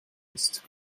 ist